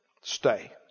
Stay